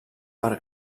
per